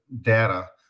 data